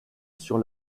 sur